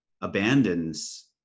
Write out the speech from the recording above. abandons